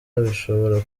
bishobora